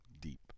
Deep